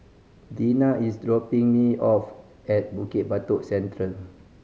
Deana is dropping me off at Bukit Batok Central